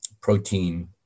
protein